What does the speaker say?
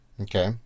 Okay